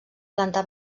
planta